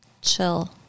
chill